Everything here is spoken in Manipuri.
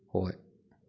ꯍꯣꯏ